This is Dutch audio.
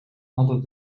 hadden